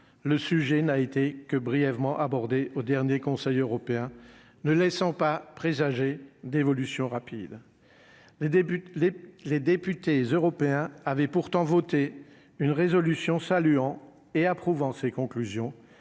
le sujet n'a été que brièvement abordé au dernier conseil européen, ne laissant pas présager d'évolution rapide, les députés les les députés européens avaient pourtant voté une résolution saluant et approuvant ses conclusions